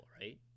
right